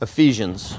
Ephesians